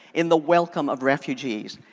in the welcome of refugees.